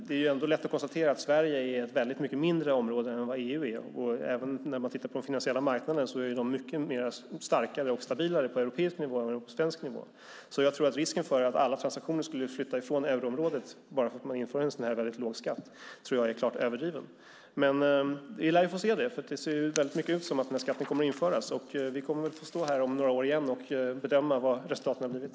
Det är lätt att konstatera att Sverige är ett mycket mindre område än vad EU är, och även när man tittar på de finansiella marknaderna är de mycket starkare och stabilare på europeisk nivå än på svensk nivå. Jag tror att risken för att alla transaktioner skulle flytta från euroområdet bara för att man inför en sådan här väldigt låg skatt är klart överdriven. Men vi lär få se det, för det ser ut som att den här skatten kommer att införas. Vi kommer väl att få stå här om några år och bedöma vad resultaten har blivit.